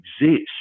exist